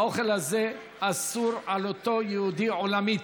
האוכל הזה אסור על אותו יהודי לעולמים.